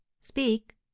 Speak